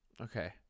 Okay